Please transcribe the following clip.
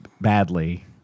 badly